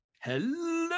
Hello